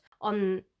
on